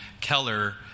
Keller